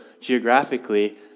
geographically